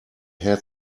had